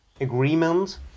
agreement